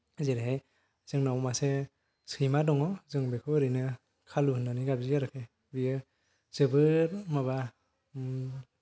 जेरैहाय जोंनाव मासे सैमा दङ जों बेखौ ओरैनो कालु होननानै गाबज्रियो आरोखि बियो जोबोर माबा